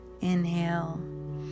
inhale